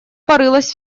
порылась